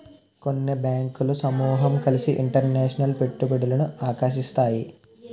కొన్ని బ్యాంకులు సమూహం కలిసి ఇంటర్నేషనల్ పెట్టుబడులను ఆకర్షిస్తాయి